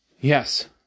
Yes